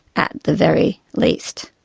at the very least.